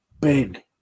big